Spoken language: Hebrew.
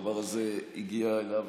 הדבר הזה הגיע אליו,